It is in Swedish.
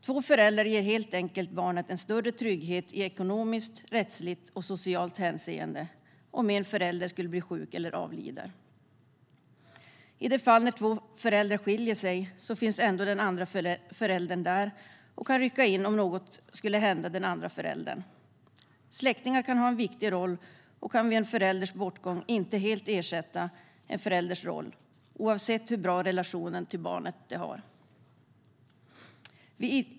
Två föräldrar ger helt enkelt barnet en större trygghet i ekonomiskt, rättsligt och socialt hänseende om en förälder skulle bli sjuk eller avlida. I det fall två föräldrar skiljer sig finns ändå den andra föräldern där och kan rycka in om något skulle hända. Släktingar kan ha en viktig roll men kan vid en förälders bortgång inte helt ersätta föräldern, oavsett hur bra relationen till barnet är.